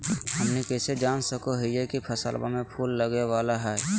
हमनी कइसे जान सको हीयइ की फसलबा में फूल लगे वाला हइ?